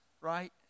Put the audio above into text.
right